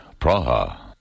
Praha